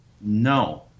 No